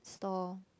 stall